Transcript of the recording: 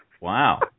Wow